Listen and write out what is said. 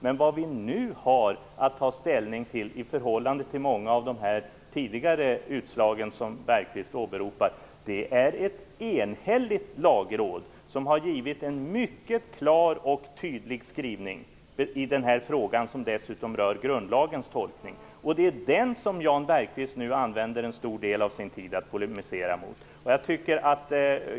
Men vad vi nu har att ta ställning till är, i motsats till många av de tidigare utslag som Jan Bergqvist åberopar, ett enhälligt lagråd som har gjort en mycket klar och tydlig skrivning i den här frågan som dessutom rör grundlagens tolkning. Det är det förhållandet som Jan Bergqvist nu använder en stor del av sin tid att polemisera mot.